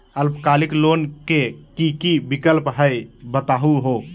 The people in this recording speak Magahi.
अल्पकालिक लोन के कि कि विक्लप हई बताहु हो?